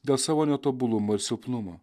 dėl savo netobulumo ir silpnumo